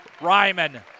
Ryman